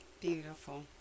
Beautiful